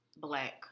black